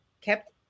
kept